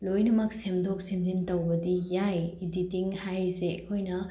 ꯂꯣꯏꯅꯃꯛ ꯁꯦꯝꯗꯣꯛ ꯁꯦꯝꯖꯤꯟ ꯇꯧꯕꯗꯤ ꯌꯥꯏ ꯏꯗꯤꯇꯤꯡ ꯍꯥꯏꯔꯤꯁꯦ ꯑꯩꯈꯣꯏꯅ